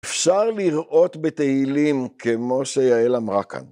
אפשר לראות בתהילים כמו שיעל אמרה כאן.